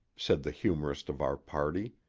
said the humorist of our party.